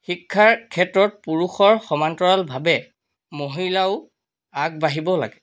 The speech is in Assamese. শিক্ষাৰ ক্ষেত্ৰত পুৰুষৰ সমান্তৰালভাৱে মহিলাও আগবাঢ়িব লাগে